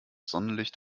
sonnenlicht